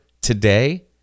today